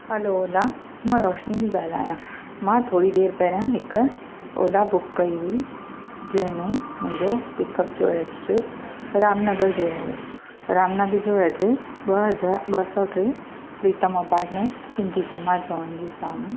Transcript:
hello Ola मां रोशनी थी ॻाल्हायां मां थोरी देरि पहरियां हिक ओला बुक कई हुई जंहिंमें मुंहिंजो पिकअप जो एड्रेस राम नगर जो हुयो रामनगर जो एड्रेस ॿ हज़ार ॿ सौ टे प्रीतम अपाट्मेंट सिंधी समाज भवन जे साम्हूं